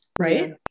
Right